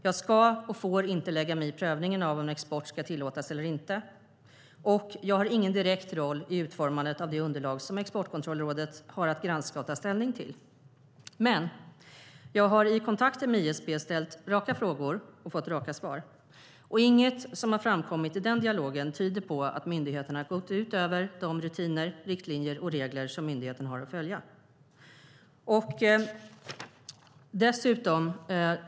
Jag ska och får inte lägga mig i prövningen av om en export ska tillåtas eller inte och har ingen direkt roll i utformandet av det underlag som Exportkontrollrådet har att granska och ta ställning till. Men jag har i kontakter med ISP ställt raka frågor och fått raka svar, och inget som har framkommit i den dialogen tyder på att myndigheten har gått utöver de rutiner, riktlinjer och regler som myndigheten har att följa.